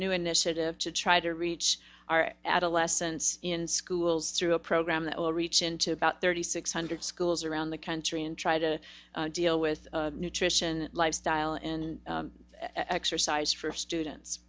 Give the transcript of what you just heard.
new initiative to try to reach our adolescents in schools through a program that will reach into about thirty six hundred schools around the country and try to deal with nutrition lifestyle and exercise for students